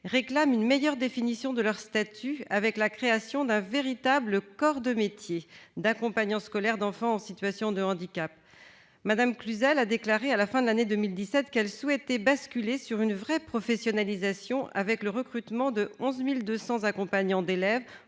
réclame une meilleure définition de leur statut, avec la création d'un « véritable corps de métier » d'accompagnant scolaire d'enfants en situation de handicap. Mme Cluzel a déclaré, à la fin de l'année 2017, qu'elle souhaitait « basculer sur une vraie professionnalisation » avec le recrutement de 11 200 accompagnants d'élèves